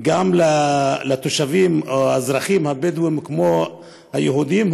גם לתושבים או לאזרחים בדואים, כמו ליהודים?